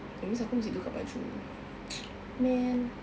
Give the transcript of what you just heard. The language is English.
that means aku mesti tukar baju man